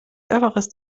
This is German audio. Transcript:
everest